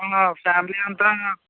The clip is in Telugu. ఫ్యామిలీ అంతా